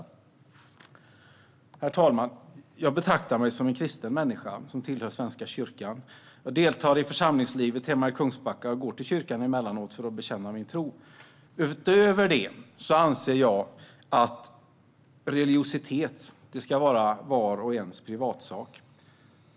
Herr talman! Jag betraktar mig som en kristen människa: Jag tillhör Svenska kyrkan, deltar i församlingslivet hemma i Kungsbacka och går till kyrkan emellanåt för att bekänna min tro. Utöver detta anser jag att religiositet ska vara vars och ens privatsak.